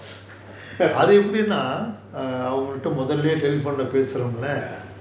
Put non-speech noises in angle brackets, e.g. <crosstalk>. <laughs>